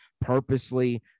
purposely